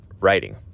writing